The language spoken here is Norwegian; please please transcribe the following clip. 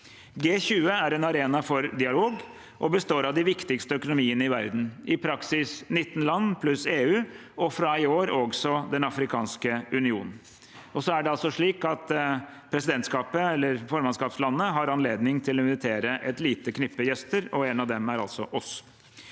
G20 er en arena for dialog og består av de viktigste økonomiene i verden – i praksis 19 land pluss EU, og fra i år også Den afrikanske union. Formannskapslandet har anledning til å invitere et lite knippe gjester, og en av dem er altså oss.